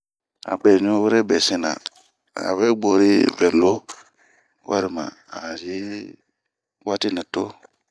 Han be ɲu wure be sina. An we gori vɛ loo warima anyi watinɛ too.